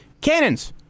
Cannons